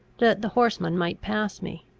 that the horseman might pass me.